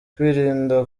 kwirinda